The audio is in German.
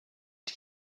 die